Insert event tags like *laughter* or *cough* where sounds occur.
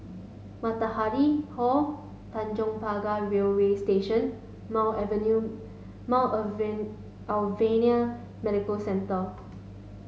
Matahari Hall Tanjong Pagar Railway Station Mount *unintelligible* Mount *unintelligible* Alvernia Medical Centre